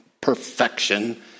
perfection